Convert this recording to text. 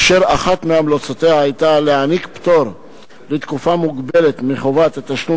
אשר אחת מהמלצותיה היתה להעניק פטור לתקופה מוגבלת מחובת תשלום